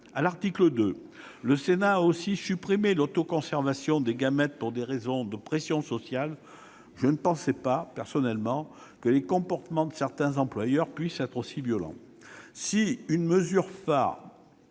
À l'article 2, le Sénat a supprimé l'autoconservation des gamètes pour des raisons de pression sociale. Personnellement, je ne pensais pas que les comportements de certains employeurs puissent être aussi violents. Sur une autre mesure phare,